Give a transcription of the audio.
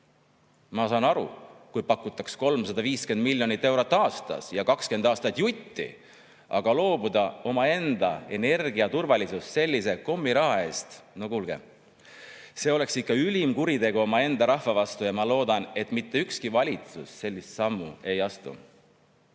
Ma saaks aru, kui pakutaks 350 miljonit eurot aastas ja 20 aastat jutti. Aga loobuda omaenda energiaturvalisusest sellise kommiraha eest – no kuulge! See oleks ikka ülim kuritegu omaenda rahva vastu ja ma loodan, et mitte ükski valitsus sellist sammu ei astu.